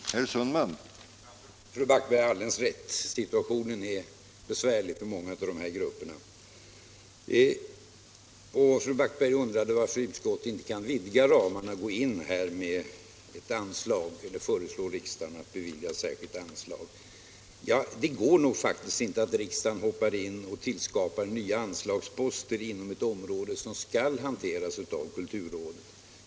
Herr talman! Fru Backberger har alldeles rätt. Situationen är besvärlig för många av de här grupperna. Och fru Backberger undrade varför utskottet inte kan vidga ramarna och föreslå riksdagen att bevilja ett särskilt anslag. Det går faktiskt inte att riksdagen hoppar in och tillskapar nya anslagsposter inom ett område som skall hanteras av kulturrådet.